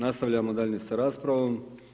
Nastavljamo dalje sa raspravom.